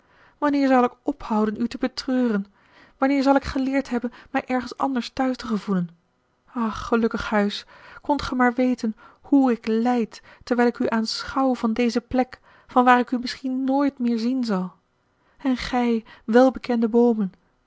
wanneer zal ik ophouden u te betreuren wanneer zal ik geleerd hebben mij ergens anders thuis te gevoelen ach gelukkig huis kondt ge maar weten hoe ik lijd terwijl ik u aanschouw van deze plek vanwaar ik u misschien nooit meer zien zal en gij welbekende boomen